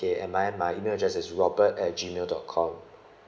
okay and my my email address is robert at G mail dot com